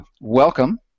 welcome